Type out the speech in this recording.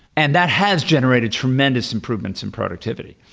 and that has generated tremendous improvements in productivity,